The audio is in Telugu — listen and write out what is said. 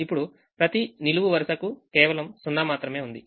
ఇప్పుడు ప్రతి నిలువు వరుసకు కేవలం 0 మాత్రమే ఉంది